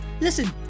listen